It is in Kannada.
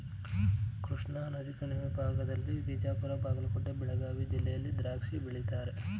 ಕೃಷ್ಣಾನದಿ ಕಣಿವೆ ಭಾಗದಲ್ಲಿ ಬಿಜಾಪುರ ಬಾಗಲಕೋಟೆ ಬೆಳಗಾವಿ ಜಿಲ್ಲೆಯಲ್ಲಿ ದ್ರಾಕ್ಷಿ ಬೆಳೀತಾರೆ